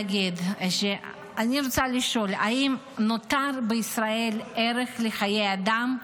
אני רוצה לשאול: האם נותר בישראל ערך לחיי אדם?